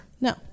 No